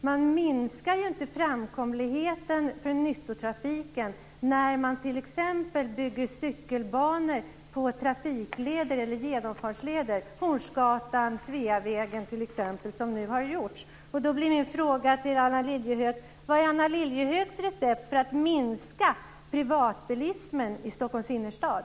Man minskar inte framkomligheten för nyttotrafiken t.ex. genom att bygga cykelbanor på genomfartsleder, som nu har skett på Hornsgatan och Min fråga till Anna Lilliehöök är: Vilket är Anna Stockholms innerstad?